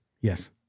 Yes